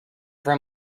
brim